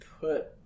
put